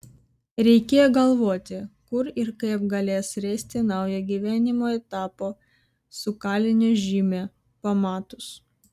reikėjo galvoti kur ir kaip galės ręsti naujo gyvenimo etapo su kalinio žyme pamatus